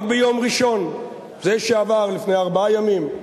רק ביום ראשון, זה שעבר לפני ארבעה ימים,